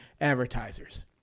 advertisers